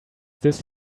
this